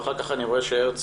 ואחר כך אני רואה שהרצל,